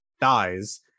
dies